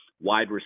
wide